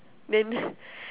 then